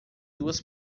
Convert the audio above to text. duas